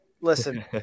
Listen